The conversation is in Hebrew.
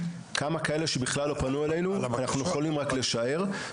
כמה כאלה שבכלל לא פנו אלינו אנחנו יכולים רק לשער.